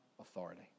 Authority